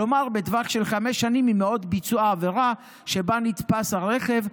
כלומר בטווח של חמש שנים ממועד ביצוע העבירה שבה נתפס הרכב,